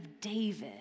David